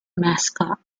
mascot